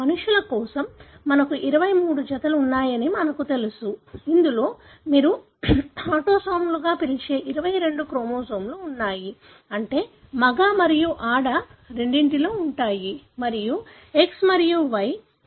మనుషుల కోసం మనకు 23 జతల ఉన్నాయని మాకు తెలుసు ఇందులో మీరు ఆటోసోమ్లుగా పిలిచే 22 క్రోమోజోమ్లు ఉన్నాయి అంటే మగ మరియు ఆడ రెండింటిలోనూ ఉంటాయి మరియు X మరియు Y అనే సెక్స్ క్రోమోజోమ్ జత